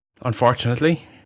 unfortunately